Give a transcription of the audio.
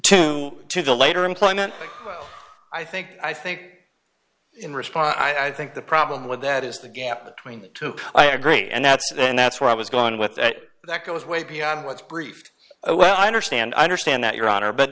two to the later employment i think i think in response i think the problem with that is the gap between the two i agree and that's and that's where i was going with that that goes way beyond what's brief well i understand i understand that your honor but